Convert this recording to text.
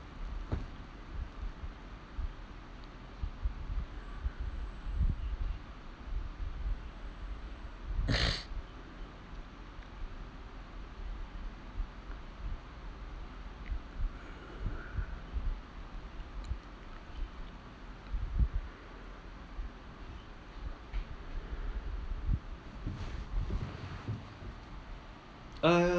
err